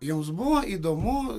joms buvo įdomu